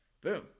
Boom